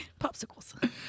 Popsicles